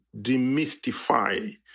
demystify